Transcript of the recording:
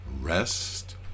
rest